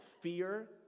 fear